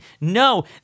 No